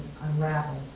unravel